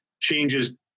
changes